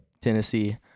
Tennessee